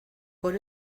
por